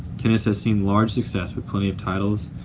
tennis has seen large success with plenty of titles.